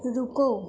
رکو